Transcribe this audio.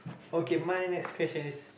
okay my next question is